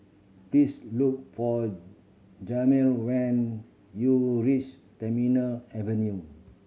please look for Jamir when you reach Terminal Avenue